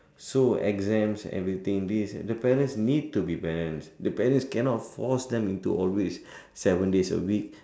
so exams everything these the parents need to be the parents cannot force them into always seven days a week